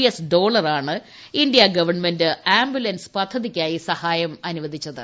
S ഡോളറാണ് India government ambulance പദ്ധതിയ്ക്കായി സഹായം അനുവദിച്ചത്